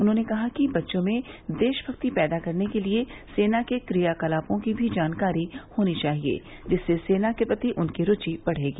उन्होंने कहा कि बच्चों में देशभक्ति पैदा करने के लिये सेना के क्रियाकलापों की भी जानकारी होनी चाहिये जिससे सेना के प्रति उनकी रूचि बढ़ेगी